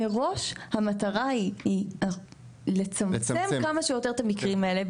מראש, המטרה היא לצמצם כמה שיותר את המקרים האלה.